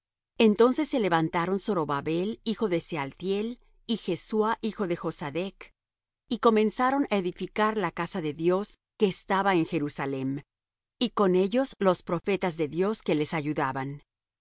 entonces se levantaron zorobabel hijo de sealthiel y jesuá hijo de josadec y comenzaron á edificar la casa de dios que estaba en jerusalem y con ellos los profetas de dios que les ayudaban